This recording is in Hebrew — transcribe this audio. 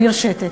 המרשתת.